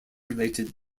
related